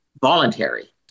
voluntary